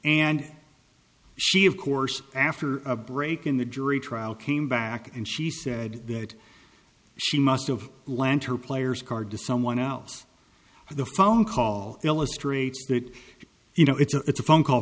and she of course after a break in the jury trial came back and she said that she must of lanter players card to someone else the phone call illustrates that you know it's a phone call